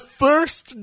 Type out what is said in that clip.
first